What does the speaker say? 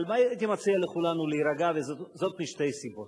אבל הייתי מציע לכולנו להירגע, וזאת משתי סיבות: